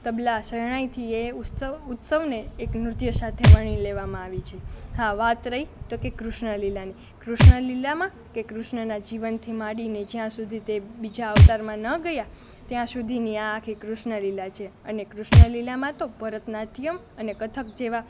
તબલા શરણાઈથી એ ઉત્સવ ઉત્સવને એક નૃત્ય સાથે વણી લેવામાં આવે છે હા વાત રહી તો કહે કૃષ્ણ લીલાની કૃષ્ણ લીલામાં કે કૃષ્ણનાં જીવનથી માંડીને જયાં સુધી તે બીજા અવતારમાં ન ગયા ત્યાં સુધીની આ આખી કૃષ્ણલીલા છે અને કૃષ્ણલીલામાં તો ભરત નાટ્યમ્ અને કથક જેવાં